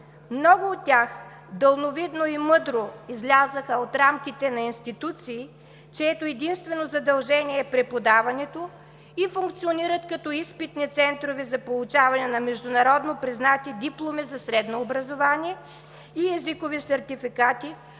Много от тях далновидно и мъдро излязоха от рамките на институции, чието единствено задължение е преподаването и функционират като изпитни центрове за получаване на международно признати дипломи за средно образование и езикови сертификати.